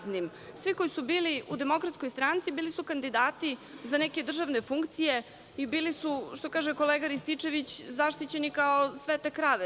Svi koji su bili u DS bili su kandidati za neke državne funkcije i bili su, što kaže kolega Rističević, zaštićeni kao svete krave.